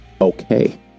okay